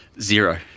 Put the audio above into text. Zero